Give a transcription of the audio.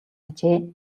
ажээ